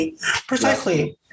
precisely